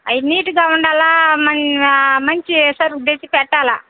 అయి నీటుగా ఉండాలా మంచి సరుకు తెచ్చి పెట్టాలా